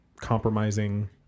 compromising